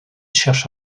cherche